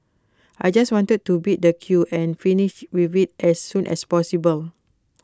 I just wanted to beat the queue and finish with IT as soon as possible